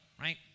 right